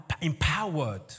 empowered